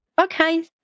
Okay